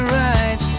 right